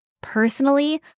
Personally